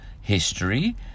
history